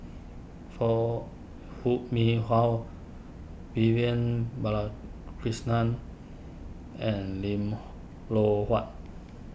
Foo Hoo Mee Har Vivian Balakrishnan and Lim Loh Huat